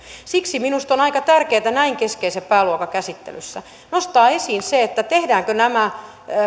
siksi minusta on aika tärkeätä näin keskeisen pääluokan käsittelyssä nostaa esiin se tehdäänkö